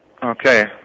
Okay